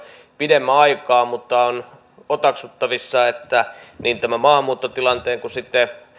pidemmän aikaa mutta on otaksuttavissa että niin tämän maahanmuuttotilanteen kuin sitten